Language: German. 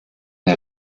der